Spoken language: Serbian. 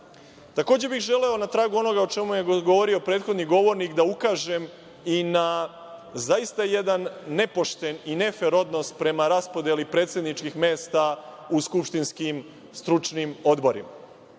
bih želeo, na tragu onoga o čemu je govorio prethodni govornik, da ukažem i na zaista jedan nepošten i nefer odnos prema raspodeli predsedničkih mesta u skupštinskim stručnim odborima.